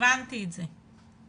הבנתי את זה.